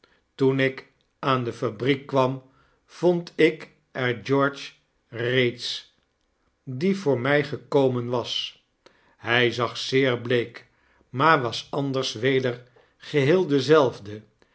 toen ik aan de fabriek kwam vond ik er george reeds die voor mij gekomen was hg zag zeer bleek maar was anders weder geheel dezelfde